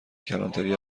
کلانتری